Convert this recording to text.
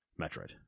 metroid